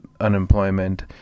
unemployment